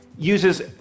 uses